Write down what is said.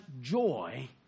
joy